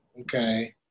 Okay